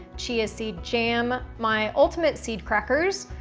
chia seed jam, my ultimate seed crackers,